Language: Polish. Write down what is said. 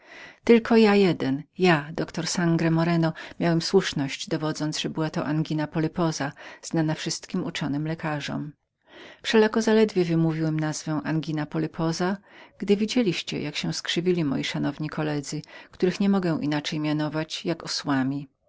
tylko jeden ja doktor sangro moreno miałem słuszność dowodząc że to była anguina polyposa znajoma wszystkim uczonym lekarzom wszelako zaledwie wymówiłem nazwisko anguina polygosa gdy widzieliście jak się skrzywili moi szanowni koledzy których niemogę inaczej mianować jak osłami